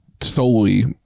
solely